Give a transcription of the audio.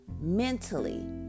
mentally